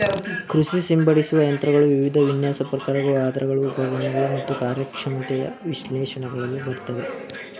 ಕೃಷಿ ಸಿಂಪಡಿಸುವ ಯಂತ್ರಗಳು ವಿವಿಧ ವಿನ್ಯಾಸ ಪ್ರಕಾರಗಳು ಗಾತ್ರಗಳು ಉಪಕರಣಗಳು ಮತ್ತು ಕಾರ್ಯಕ್ಷಮತೆಯ ವಿಶೇಷಣಗಳಲ್ಲಿ ಬರ್ತವೆ